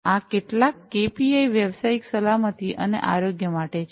આ કેટલાક કેપીઆઈ વ્યવસાયિક સલામતી અને આરોગ્ય માટે છે